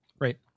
Right